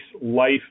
life